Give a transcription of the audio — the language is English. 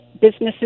businesses